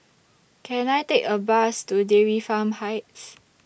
Can I Take A Bus to Dairy Farm Heights